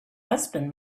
husband